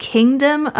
Kingdom